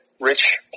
rich